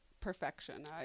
perfection